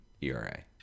era